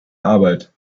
arbeit